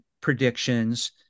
predictions—